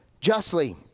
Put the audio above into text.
justly